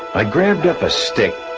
i grabbed at the stick,